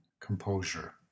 composure